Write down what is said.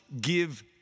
give